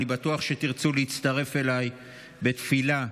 אני בטוח שתרצו להצטרף אליי בתפילה: